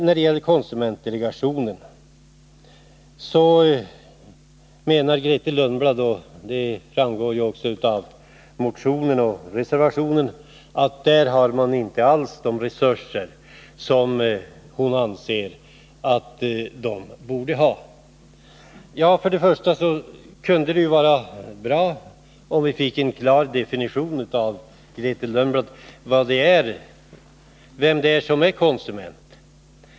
När det gäller konsumentdelegationen menar Grethe Lundblad — och det framgår också av motionen och reservationen — att den inte alls har de resurser som hon anser att den borde ha. Ja, först och främst kunde det vara bra om vi av Grethe Lundblad fick en klar definition som visade vem som är konsument.